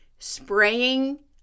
spraying